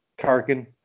Tarkin